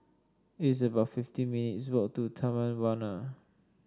it's about fifteen minutes' walk to Taman Warna